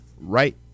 Right